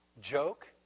joke